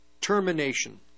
termination